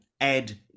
Ed